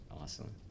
Awesome